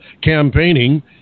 campaigning